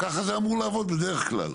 ככה זה אמור לעבוד בדרך כלל.